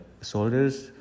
soldiers